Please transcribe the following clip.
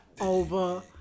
over